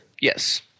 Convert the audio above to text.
Yes